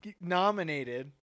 nominated